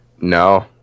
No